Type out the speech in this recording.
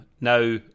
Now